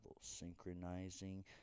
synchronizing